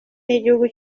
n’igihugu